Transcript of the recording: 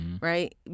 right